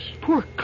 Poor